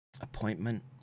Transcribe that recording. appointment